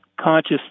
conscious